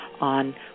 on